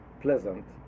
pleasant